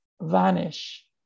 vanish